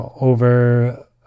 over